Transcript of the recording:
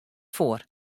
foar